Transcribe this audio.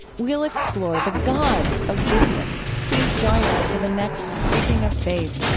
we'll explore the god of business. please join us for the next speaking of faith